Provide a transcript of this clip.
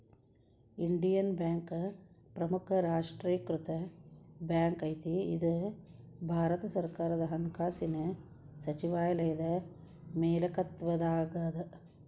Indian bank ಪ್ರಮುಖ ರಾಷ್ಟ್ರೇಕೃತ bank ಐತಿ ಇದು ಭಾರತ ಸರ್ಕಾರದ ಹಣಕಾಸಿನ್ ಸಚಿವಾಲಯದ ಮಾಲೇಕತ್ವದಾಗದ